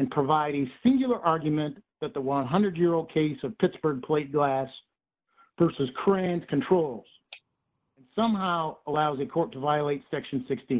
and providing singular argument that the one hundred year old case of pittsburgh plate glass purses crane and controls and somehow allows the court to violate section sixt